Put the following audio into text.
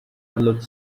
looked